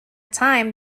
time